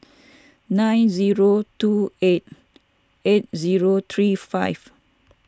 nine zero two eight eight zero three five